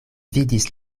vidis